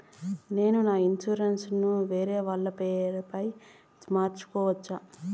నేను నా ఇన్సూరెన్సు ను వేరేవాళ్ల పేరుపై మార్సుకోవచ్చా?